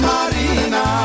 Marina